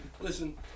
Listen